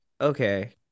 Okay